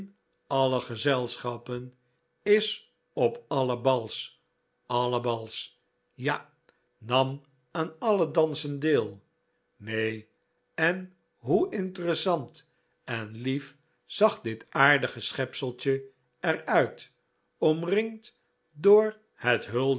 alle gezelschappen is op alle bals alle bals ja nam aan alle dansen deel nee en hoe interessant en lief zag dit aardige schepseltje er uit omringd door het